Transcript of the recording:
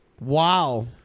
Wow